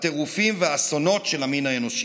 הטירופים והאסונות של המין האנושי.